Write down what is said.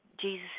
Jesus